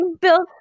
built